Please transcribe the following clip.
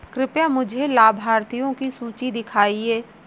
कृपया मुझे लाभार्थियों की सूची दिखाइए